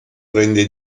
prende